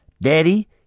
Daddy